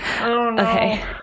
okay